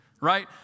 Right